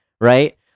right